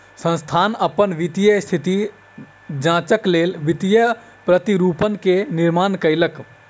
संस्थान अपन वित्तीय स्थिति जांचक लेल वित्तीय प्रतिरूपण के निर्माण कयलक